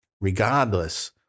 regardless